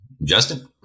Justin